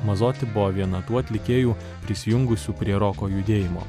mazoti buvo viena tų atlikėjų prisijungusių prie roko judėjimo